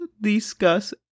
discuss